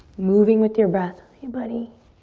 moving with your breath. hey buddy.